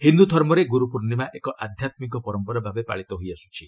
ହିନ୍ଦୁ ଧର୍ମରେ ଗୁରୁପୂର୍ଣ୍ଣିମା ଏକ ଆଧ୍ୟାତ୍ମିକ ପରମ୍ପରା ଭାବେ ପାଳିତ ହୋଇଆସୁଛି